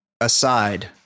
Aside